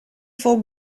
for